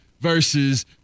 versus